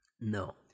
No